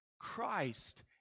Christ